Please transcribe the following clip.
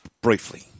Briefly